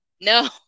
no